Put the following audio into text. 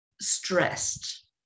stressed